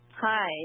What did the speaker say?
Hi